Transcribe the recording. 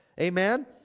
Amen